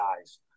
eyes